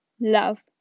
love